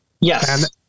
Yes